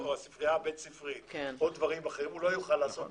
הבית ספרית או דברים אחרים הוא לא יוכל לעשות זאת.